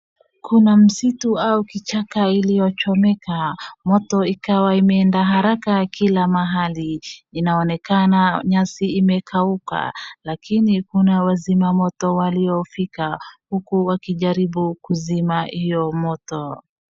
Kuna msitu au kichaka iliyochomeka, moto ikawa imeenda haraka kila mahali, inaonekana nyasi imekauka, lakini kuna wazima moto waliofika huku wakijaribu kuzima hiyo moto.